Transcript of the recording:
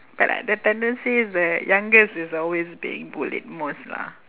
but like the tendency is the youngest is always being bullied most lah